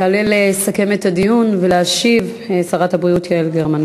תעלה לסכם את הדיון ולהשיב שרת הבריאות יעל גרמן,